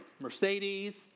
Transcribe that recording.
Mercedes